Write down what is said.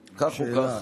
כך או כך,